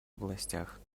областях